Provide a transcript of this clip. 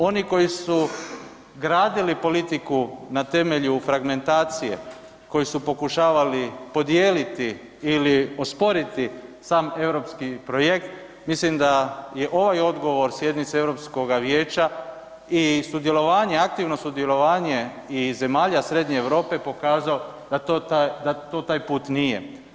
Oni koji su gradili politiku na temelju fragmentacije, koji su pokušavali podijeliti ili osporiti sam europski projekt, mislim da je ovaj odgovor sjednice Europskoga vijeća i aktivno sudjelovanje i zemalja Srednje Europe pokazao da to taj put nije.